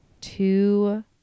two